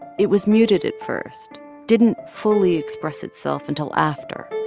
it was muted at first, didn't fully express itself until after,